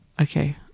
Okay